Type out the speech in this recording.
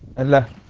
and